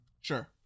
Sure